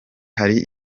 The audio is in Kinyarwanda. hari